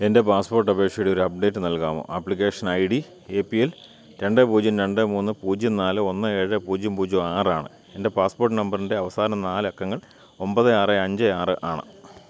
എൻ്റെ പാസ്പോട്ട് അപേക്ഷയുടെ ഒരു അപ്ഡേറ്റ് നൽകാമോ application I D A P L രണ്ട് പൂജ്യം രണ്ട് മൂന്ന് പൂജ്യം നാല് ഒന്ന് ഏഴ് പൂജ്യം പൂജ്യം ആറാണ് എൻ്റെ പാസ്പോട്ട് നമ്പറിൻ്റെ അവസാന നാലക്കങ്ങൾ ഒൻപത് ആറ് അഞ്ച് ആറ് ആണ്